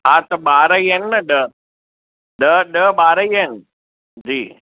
हा त ॿार ई आहिनि न ॾह ॾह ॾह ॿार ई आहिनि जी